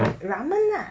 ramen lah